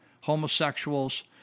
homosexuals